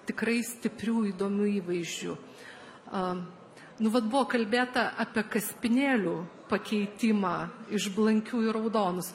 tikrai stiprių įdomių įvaizdžių a nu vat buvo kalbėta apie kaspinėlių pakeitimą iš blankių į raudonus